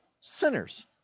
sinners